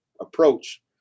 approach